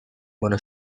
gonna